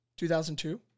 2002